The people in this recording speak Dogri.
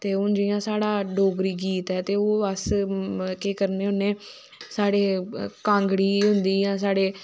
ते हून जियां साढ़ा डोगरी गीत ऐ तो ओहे अस केह् करने होने साढ़े कांगड़ी होंदी जां साढ़े